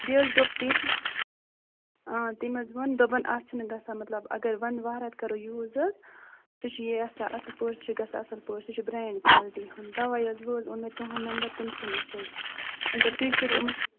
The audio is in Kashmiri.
بیٚیہِ حظ دوٚپ تٔمۍ تٔمۍ حظ ووٚن دوٚپُن اَتھ چھِنہٕ گژھان مطلب اگر وَنٛدٕ وہرات کَرو یوٗز حظ تُہۍ چھِ یہِ یژھان اصٕل پٲٹھۍ چھِ گژھان اَصٕل پٲٹھۍ سُہ چھِ برٛٮ۪نٛڈ کالٹی ہُنٛد تَوَے حظ وۄنۍ حظ اوٚن مےٚ تُہُٕنٛد نمبَر تٔمۍ سٕے نِش حظ تہٕ تُہۍ کٔرِو أمہٕ